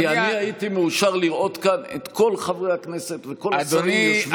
כי אני הייתי מאושר לראות כאן את כל חברי הכנסת וכל השרים יושבים כאן,